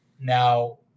now